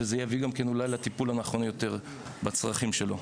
וזה יביא גם כן אולי לטיפול הנכון יותר בצרכים שלו.